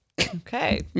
Okay